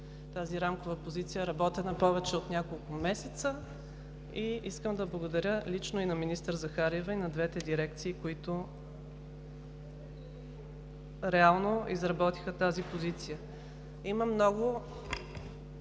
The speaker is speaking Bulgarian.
Тази рамкова позиция е работена повече от няколко месеца. Искам да благодаря и лично на министър Захариева, и на двете дирекции, които реално изработиха тази позиция. Има много